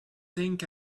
think